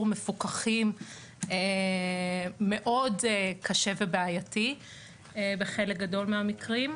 מפוקחים מאוד קשה ובעייתי בחלק גדול מהמקרים.